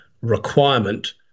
requirement